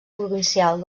provincial